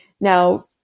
Now